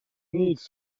needs